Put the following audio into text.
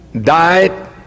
died